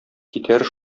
китәр